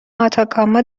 آتاکاما